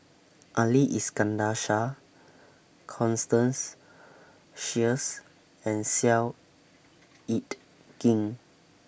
Ali Iskandar Shah Constance Sheares and Seow Yit Kin